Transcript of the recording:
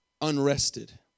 unrested